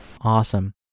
awesome